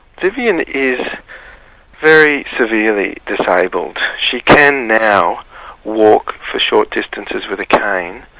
vivian is very severely disabled. she can now walk for short distances with a cane,